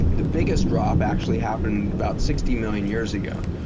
the biggest drop actually happened about sixty million years ago,